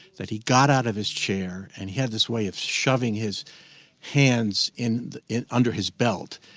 that he got out of his chair and he had this way of shoving his hands in the in under his belt.